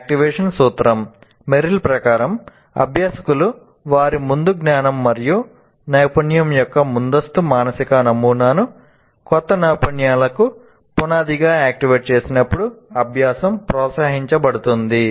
activation సూత్రం Merrill ప్రకారం 'అభ్యాసకులు వారి ముందు జ్ఞానం మరియు నైపుణ్యం యొక్క ముందస్తు మానసిక నమూనాను కొత్త నైపుణ్యాలకు పునాదిగా యాక్టివేట్ చేసినప్పుడు అభ్యాసం ప్రోత్సహించబడుతుంది